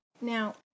Now